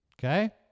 Okay